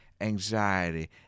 anxiety